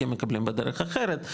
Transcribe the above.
כי הם מקבלים בדרך אחרת.